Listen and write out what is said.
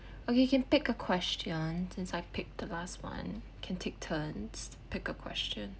okay you can pick a question since I picked the last one can take turns pick a question